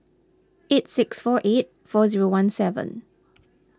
eight six four eight four zero one seven